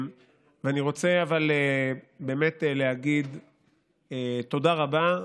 אבל אני רוצה להגיד תודה רבה.